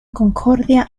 concordia